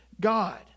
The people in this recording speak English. God